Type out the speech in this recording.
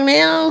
now